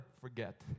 forget